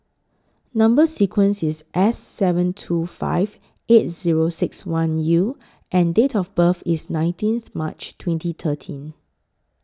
Number sequence IS S seven two five eight Zero six one U and Date of birth IS nineteenth March twenty thirteen